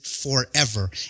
forever